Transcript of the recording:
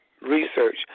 research